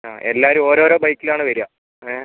ആ എല്ലാവരും ഓരോരോ ബൈക്കിലാണ് വരിക ഏ